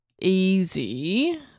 easy